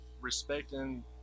respecting